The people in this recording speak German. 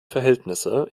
verhältnisse